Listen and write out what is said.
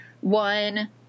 one